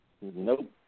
Nope